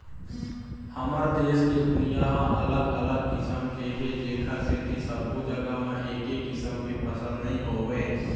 हमर देश के भुइंहा ह अलग अलग किसम के हे जेखर सेती सब्बो जघा म एके किसम के फसल नइ होवय